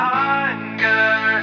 hunger